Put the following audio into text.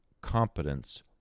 competence